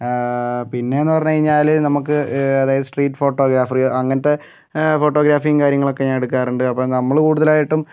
പിന്നേന്ന് പറഞ്ഞ് കഴിഞ്ഞാല് നമുക്ക് അതായത് സ്ട്രീറ്റ് ഫോട്ടോഗ്രാഫറ് അങ്ങനത്തെ ഫോട്ടോഗ്രാഫിയും കാര്യങ്ങളൊക്കെ ഞാൻ എടുക്കാറുണ്ട് അപ്പം നമ്മള് കൂടുതലായിട്ടും